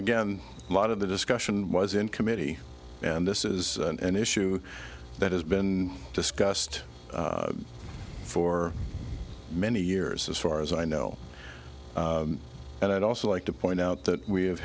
again a lot of the discussion was in committee and this is an issue that has been discussed for many years as far as i know and i'd also like to point out that we